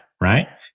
right